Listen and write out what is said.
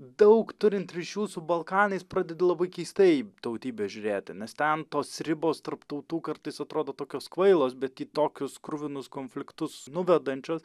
daug turint ryšių su balkanais pradedu labai keistai į tautybę žiūrėti nes ten tos ribos tarp tautų kartais atrodo tokios kvailos bet į tokius kruvinus konfliktus nuvedančios